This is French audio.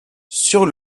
sur